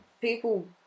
People